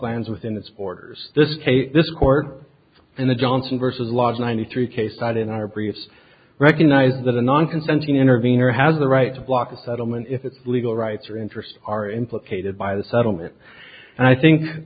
lands within its borders this case this court and the johnson versus lodge ninety three case tied in our previous recognize that a non consenting intervener has the right to block a settlement if it's legal rights are interests are implicated by the settlement and i think